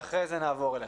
ואחרי זה נעבור אליכם.